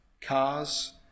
cars